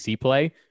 play